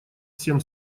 всем